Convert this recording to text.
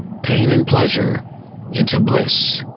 pain and pleasure into bliss.